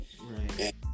Right